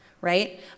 right